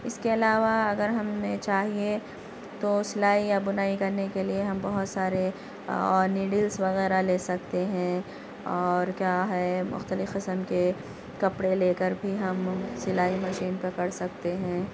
اس کے علاوہ اگر ہم نے چاہیے تو سلائی اور بنائی کرنے کے لیے ہم بہت سارے نڈلس وغیرہ لے سکتے ہیں اور کیا ہے مخلتف قسم کے کپڑے لے کر بھی ہم سلائی مشین پہ کر سکتے ہیں